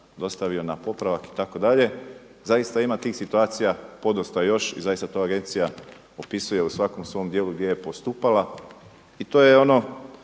dostavio na popravak itd. Zaista ima tih situacija podosta još i zaista to Agencija opisuje u svakom svom dijelu gdje je postupala. I to je ono